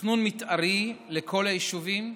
תכנון מתארי לכל היישובים,